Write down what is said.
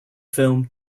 film